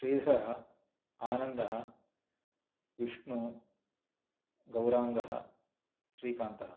श्रीधरः आनन्दः विष्णु गौराङ्गः श्रीकान्तः